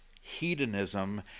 hedonism